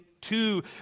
two